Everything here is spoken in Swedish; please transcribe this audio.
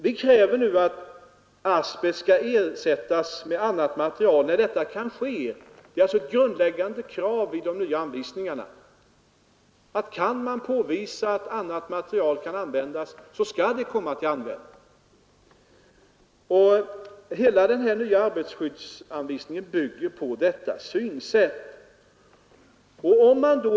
Vi kräver nu att asbest skall ersättas med annat material när detta kan ske. Det är ett grundläggande krav i de nya anvisningarna: kan man påvisa att annat material kan användas, då skall det också komma till användning. De nya arbetarskyddsanvisningarna bygger helt och hållet på detta synsätt.